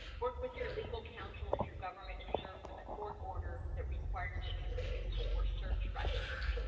work with your legal counsel, if your government is served with a court order that requires you to produce or search records